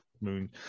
Moon